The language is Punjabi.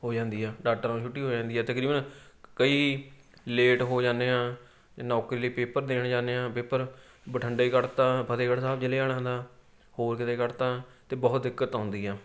ਹੋ ਜਾਂਦੀ ਆ ਡਾਕਟਰਾਂ ਨੂੰ ਛੁੱਟੀ ਹੋ ਜਾਂਦੀ ਆ ਤਕਰੀਬਨ ਕਈ ਲੇਟ ਹੋ ਜਾਂਦੇ ਆ ਅਤੇ ਨੌਕਰੀ ਲਈ ਪੇਪਰ ਦੇਣ ਜਾਂਦੇ ਆ ਪੇਪਰ ਬਠਿੰਡੇ ਕੱਢਤਾ ਫਤਿਹਗੜ੍ਹ ਸਾਹਿਬ ਜ਼ਿਲ੍ਹੇ ਵਾਲਿਆਂ ਦਾ ਹੋਰ ਕਿਤੇ ਕੱਢਤਾ ਅਤੇ ਬਹੁਤ ਦਿੱਕਤ ਆਉਂਦੀ ਆ